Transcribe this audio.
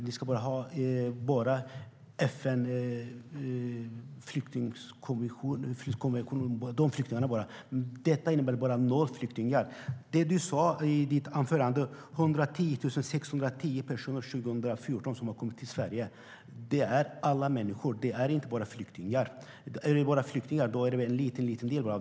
Ni vill bara ta emot FN-flyktingar, vilket innebär noll flyktingar.I ditt anförande sa du att 110 610 personer kom till Sverige 2014. Det var alla, inte bara flyktingar. Flyktingarna var en liten del.